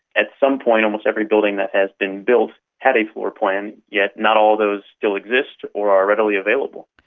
at some point almost every building that has been built had a floor plan, yet not all those still exist or are readily available.